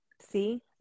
See